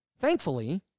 Thankfully